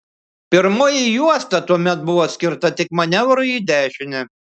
pirmoji juosta tuomet buvo skirta tik manevrui į dešinę